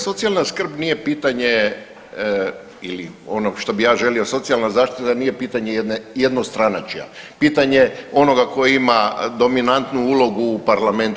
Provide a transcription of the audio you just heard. Socijalna skrb nije pitanje ili ono što bih ja želio, socijalna zaštita nije pitanje jednostranačja, pitanje onoga tko ima dominantnu ulogu u Parlamentu.